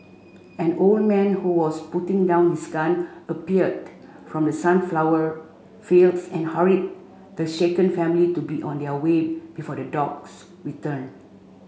an old man who was putting down his gun appeared from the sunflower fields and hurried the shaken family to be on their way before the dogs return